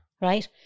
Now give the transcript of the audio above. right